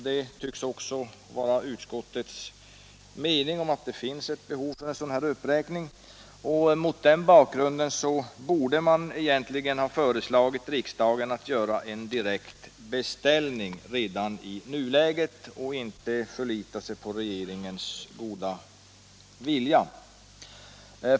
Det tycks också vara utskottets mening att det finns ett behov av en sådan här uppräkning. Mot den bakgrunden borde man egentligen ha föreslagit att riksdagen gör en direkt beställning redan i nuläget och inte förlitat sig på regeringens goda vilja.